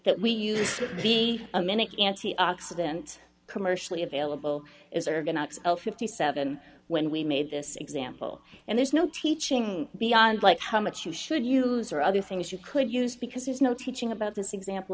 that we used to be a minute antioxidant commercially available as are going to fifty seven when we made this example and there's no teaching beyond like how much you should use or other things you could use because there's no teaching about this example